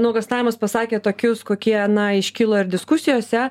nuogąstavimus pasakė tokius kokie na iškilo ir diskusijose